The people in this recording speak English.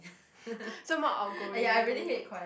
someone outgoing